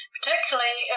Particularly